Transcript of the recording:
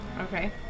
Okay